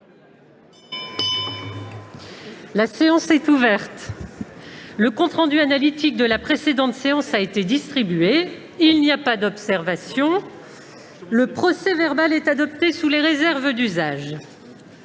La séance est ouverte. Le compte rendu analytique de la précédente séance a été distribué. Il n'y a pas d'observation ?... Le procès-verbal est adopté sous les réserves d'usage.